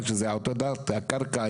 ואנחנו מודים לה על כך.